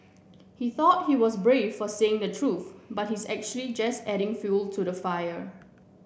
he thought he was brave for saying the truth but he's actually just adding fuel to the fire